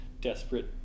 desperate